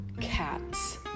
CATS